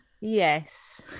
Yes